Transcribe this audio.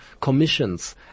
commissions